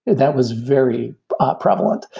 that was very prevalent,